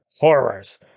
Horrors